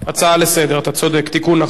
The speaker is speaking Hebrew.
הצעה לסדר-היום, אתה צודק, תיקון נכון.